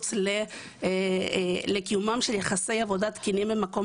ותמרוץ לקיומם של יחסי עבודה תקינים במקום